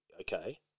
Okay